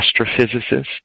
astrophysicist